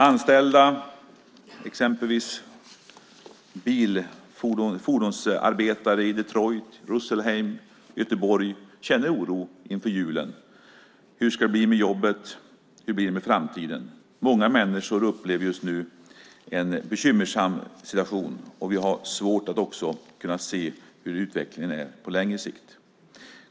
Anställda - exempelvis fordonsarbetare i Detroit, Rüsselsheim och Göteborg - känner oro inför julen. Hur ska det bli med jobbet? Hur blir det med framtiden? Många människor upplever just nu en bekymmersam situation, och det är svårt att se hur utvecklingen blir på längre sikt.